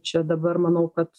čia dabar manau kad